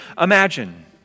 imagine